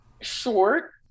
short